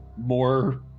more